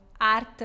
art